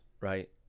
right